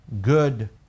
good